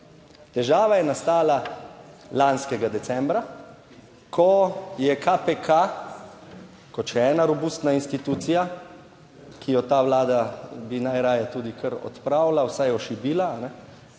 Težava je nastala, lanskega decembra, ko je KPK kot še ena robustna institucija, ki jo ta Vlada bi najraje tudi kar odpravila, vsaj ošibila,